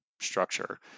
structure